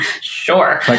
Sure